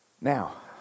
Now